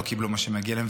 לא קיבלו מה שמגיע להם,